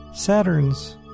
Saturn's